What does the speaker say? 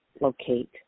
locate